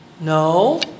No